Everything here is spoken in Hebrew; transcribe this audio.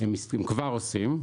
הם כבר עושים.